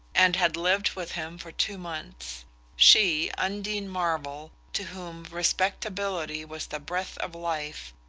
and had lived with him for two months she, undine marvell, to whom respectability was the breath of life,